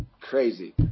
Crazy